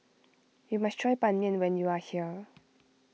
you must try Ban Mian when you are here